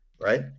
Right